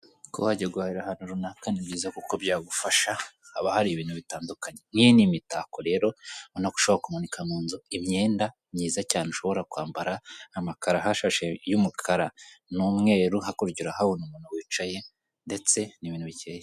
Kuba wajya guhahira ahantu runaka ni byiza kuko byagufasha, haba hari ibintu bitandukanye. Nk'iyi ni mitako rero, urabona ko ushobora kumanika mu nzu imyenda myiza cyane ushobora kwambara, amakaro ahashashe y'umukara n'umweru, hakurya urahabona umuntu wicaye ndetse n'ibintu bikeye.